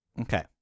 Okay